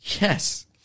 Yes